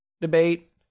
debate